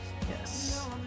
Yes